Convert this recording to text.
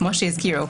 כמו שהזכירו,